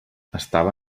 estava